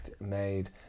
made